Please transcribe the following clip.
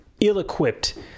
ill-equipped